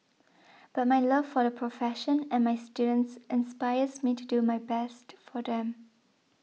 but my love for the profession and my students inspires me to do my best for them